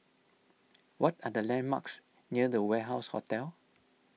what are the landmarks near the Warehouse Hotel